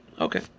Okay